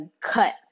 cut